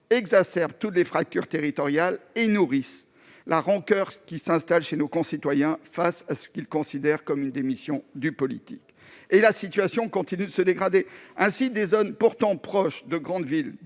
exacerbent toutes les fractures territoriales et nourrissent la rancoeur qui s'installe chez nos concitoyens face à ce qu'ils considèrent être une démission du politique. La situation continue de se dégrader : des zones pourtant proches de grandes villes,